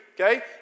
okay